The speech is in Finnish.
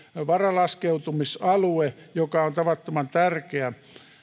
varalaskeutumisalue joka on tavattoman tärkeä